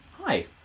Hi